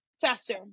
faster